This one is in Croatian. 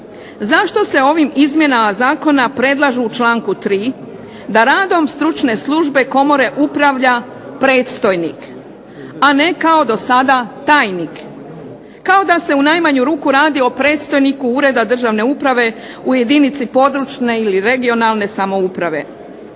zašto se ovim izmjenama zakona predlažu u članku 3. da radom stručne službe komore upravlja predstojnik, a ne kao do sada tajnik. Kao da se u najmanju ruku radi o predstojniku Ureda državne uprave u jedinici područne ili regionalne samouprave.